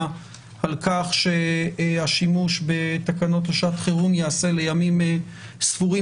על כך שהשימוש בתקנות לשעת חירום ייעשה לימים ספורים